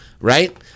right